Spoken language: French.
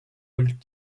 all